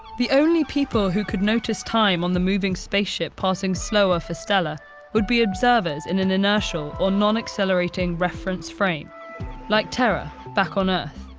the only people who could notice time on the moving spaceship passing slower for stella would be observers in an inertial, or non-accelerating, reference frame like terra back on earth.